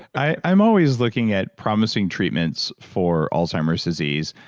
i'm always looking at promising treatments for alzheimer's disease.